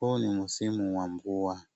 Huu ni msimu wa mvua.